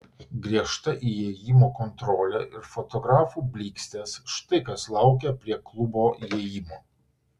griežta įėjimo kontrolė ir fotografų blykstės štai kas laukė prie klubo įėjimo